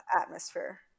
atmosphere